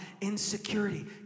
Insecurity